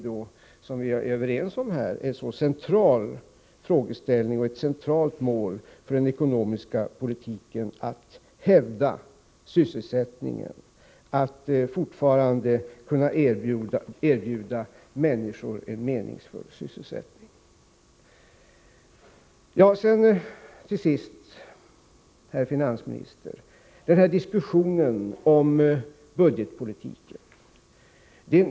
Såsom vi är överens om är det nämligen ett centralt mål för den ekonomiska politiken att hävda sysselsättningen och att kunna erbjuda människor meningsfull sysselsättning. Till sist, herr finansminister, vill jag ta upp diskussionen om budgetpolitiken.